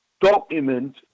document